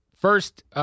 first